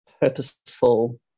purposeful